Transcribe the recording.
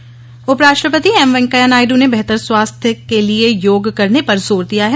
योग उपराष्ट्रपति एमवैंकेया नायड़ ने बेहतर स्वास्थ्य लिए योग करने पर जोर दिया है